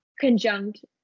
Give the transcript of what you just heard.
conjunct